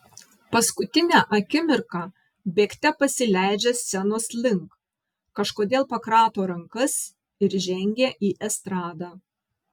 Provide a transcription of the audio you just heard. paskutinę akimirką bėgte pasileidžia scenos link kažkodėl pakrato rankas ir žengia į estradą